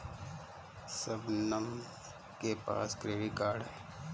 शबनम के पास credit card है